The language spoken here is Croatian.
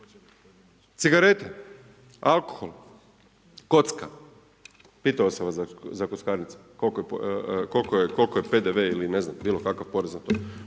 Cigarete, alkohol, kocka. Pitao sam vas za kockarnice, koliko je PDV ili ne znam, bilo kakav porez na to.